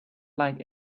like